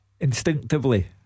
Instinctively